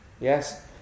yes